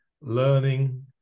learning